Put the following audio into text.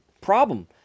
problem